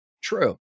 true